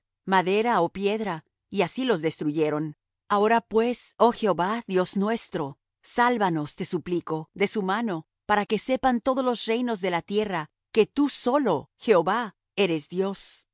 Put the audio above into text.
madera ó piedra y así los destruyeron ahora pues oh jehová dios nuestro sálvanos te suplico de su mano para que sepan todos los reinos de la tierra que tú solo jehová eres dios